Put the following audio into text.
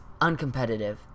uncompetitive